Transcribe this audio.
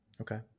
Okay